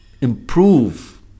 improve